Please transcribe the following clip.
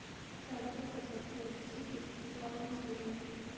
सरसो की सबसे अच्छी किश्त कौन सी है?